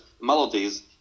melodies